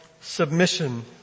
submission